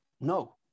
no